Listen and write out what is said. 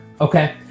okay